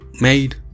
made